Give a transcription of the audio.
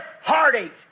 heartache